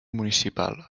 municipal